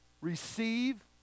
receive